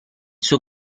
suo